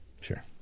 Sure